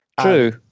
True